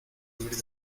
huir